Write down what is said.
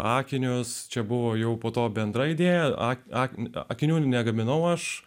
akinius čia buvo jau po to bendra idėja ak ak akinių negaminau aš